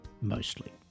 mostly